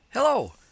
Hello